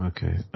Okay